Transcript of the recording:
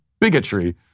bigotry